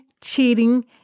cheating